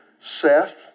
Seth